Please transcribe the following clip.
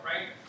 right